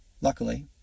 Luckily